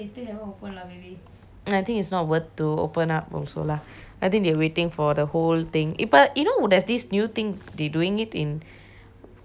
and I think it's not worth to open up also lah I think they waiting for the whole thing but you know there's this new thing they doing it in through facebook live